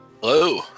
Hello